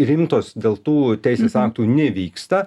rimtos dėl tų teisės aktų nevyksta